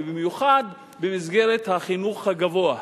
ובמיוחד במסגרת החינוך הגבוה,